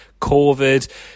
COVID